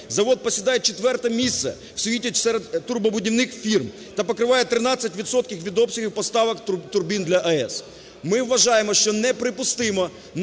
Завод посідає четверте місце в світі серед турбобудівних фірм та покриває 13 відсотків від обсягів поставок турбін для АЕС. Ми вважаємо, що неприпустимо